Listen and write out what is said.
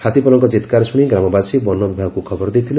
ହାତୀପଲଙ୍କ ଚିକ୍କାର ଶୁଶି ଗ୍ରାମବାସୀ ବନ ବିଭାଗକୁ ଖବର ଦେଇଥିଲେ